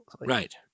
Right